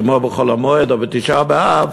כמו בחול-המועד או בתשעה באב,